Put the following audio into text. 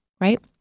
right